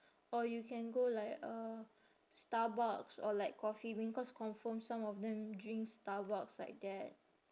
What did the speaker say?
or you can go like uh starbucks or like coffee bean cause confirm some of them drink starbucks like that